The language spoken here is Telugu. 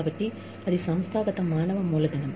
కాబట్టి అది సంస్థాగత మానవ మూలధనం